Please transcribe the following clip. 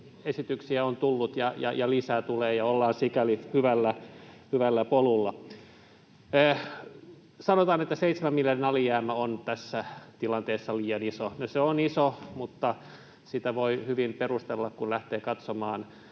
esityksiä on tullut ja lisää tulee, ja ollaan sikäli hyvällä polulla. Sanotaan, että 7 miljardin alijäämä on tässä tilanteessa liian iso. No, se on iso, mutta sitä voi hyvin perustella, kun lähtee katsomaan